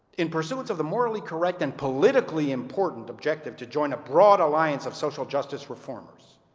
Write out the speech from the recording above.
in pursuance of the morally correct and politically important objective to join a broad alliance of social justice reformers,